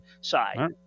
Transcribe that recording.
side